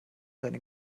seine